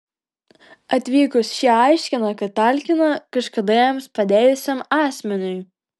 atvykus šie aiškina kad talkina kažkada jiems padėjusiam asmeniui